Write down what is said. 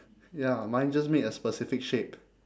ya mine just made a specific shape